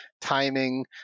timing